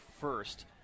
first